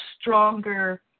stronger